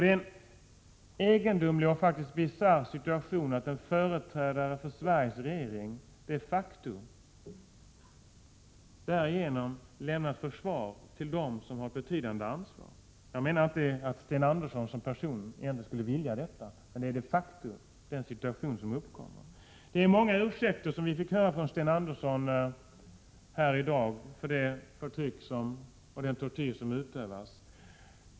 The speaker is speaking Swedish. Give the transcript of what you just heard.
Det är en egendomlig och bisarr situation att en företrädare för Sveriges regering därigenom de facto försvarar dem som har ett betydande ansvar för situationen. Jag menar inte att Sten Andersson som person egentligen skulle vilja göra detta, men det är faktiskt den situation som uppkommer. Det var många ursäkter som vi fick höra från Sten Andersson här i dag för det förtryck och den tortyr som utövas.